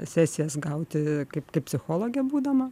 sesijas gauti kaip kaip psichologė būdama